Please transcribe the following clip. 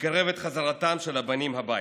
שיקרב את חזרתם של הבנים הביתה.